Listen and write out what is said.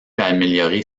améliorer